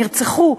נרצחו,